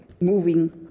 moving